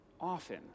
often